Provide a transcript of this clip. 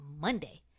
Monday